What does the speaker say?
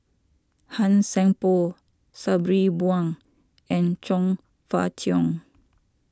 Han Sai Por Sabri Buang and Chong Fah Cheong